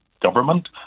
government